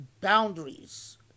boundaries